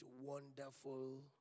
wonderful